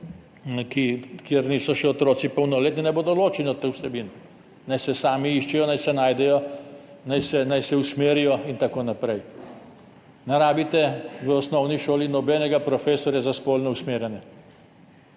kjer otroci še niso polnoletni, naj bodo ločeni od teh vsebin. Naj se sami iščejo, naj se najdejo, naj se usmerijo in tako naprej. Ne potrebujete v osnovni šoli nobenega profesorja za spolno usmerjenost,